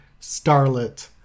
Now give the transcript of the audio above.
starlet